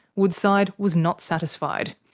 woodside was not satisfied.